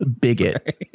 bigot